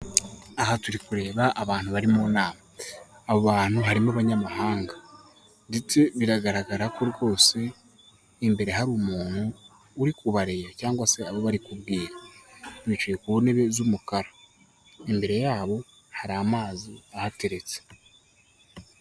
Aha turi kureba abantu bari mu nama, abo bantu harimo abanyamahanga, ndetse biragaragara ko rwose imbere hari umuntu uri kubareba cyangwa se abo bari kubwira. Bicaye ku ntebe z'umukara. Imbere yabo hari amazi ahateretse.